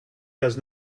does